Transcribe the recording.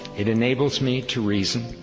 it enables me to reason,